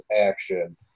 Action